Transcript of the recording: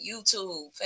YouTube